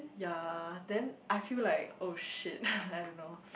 ya then I feel like oh shit I don't know